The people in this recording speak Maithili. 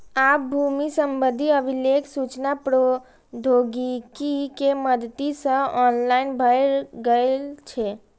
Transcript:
आब भूमि संबंधी अभिलेख सूचना प्रौद्योगिकी के मदति सं ऑनलाइन भए गेल छै